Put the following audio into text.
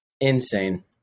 insane